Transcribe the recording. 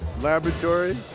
laboratory